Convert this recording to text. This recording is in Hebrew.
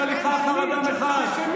זו הליכה אחר אדם אחד.